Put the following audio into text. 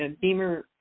Beamer